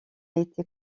été